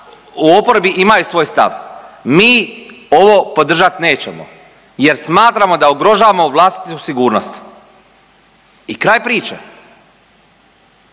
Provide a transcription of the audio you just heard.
u oporbi, imaju svoj stav. Mi ovo podržat nećemo jer smatramo da ugrožavamo vlastitu sigurnost. I kraj priče.